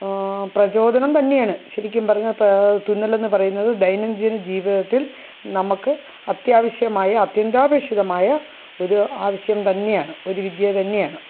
പ്രചോദനം തന്നെയാണ് ശരിക്കും പറഞ്ഞാൽ തുന്നലെന്ന് പറയുന്നത് ദൈനംദിന ജീവിതത്തിൽ നമുക്ക് അത്യാവശ്യമായ അത്യന്താപേക്ഷിതമായ ഒരു ആവശ്യം തന്നെയാണ് ഒരു വിദ്യ തന്നെയാണ്